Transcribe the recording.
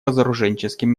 разоруженческим